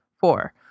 Four